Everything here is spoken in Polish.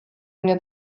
mnie